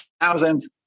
thousands